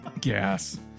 Gas